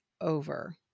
over